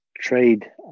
trade